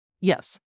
Yes